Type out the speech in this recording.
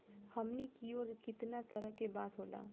हमनी कियोर कितना तरह के बांस होला